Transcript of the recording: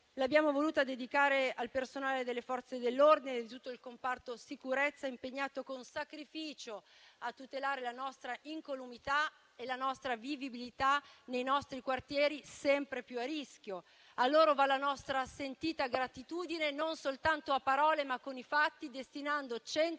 l'abbiamo voluta dedicare al personale delle Forze dell'ordine di tutto il comparto sicurezza, impegnato con sacrificio a tutelare la nostra incolumità e la nostra vivibilità nei nostri quartieri sempre più a rischio. A loro va la nostra sentita gratitudine non soltanto a parole, ma con i fatti, destinando 100